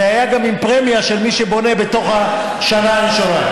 זה היה גם עם פרמיה של מי שבונה בתוך השנה הראשונה.